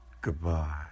Goodbye